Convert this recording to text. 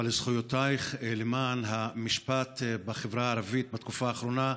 זכויותייך למען המשפט בחברה הערבית בתקופה האחרונה,